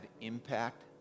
impact